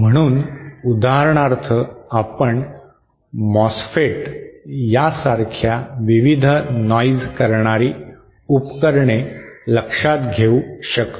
म्हणून उदाहरणार्थ आपण मॉसफेट सारख्या विविध नॉइज करणारी उपकरणे लक्षात घेऊ शकतो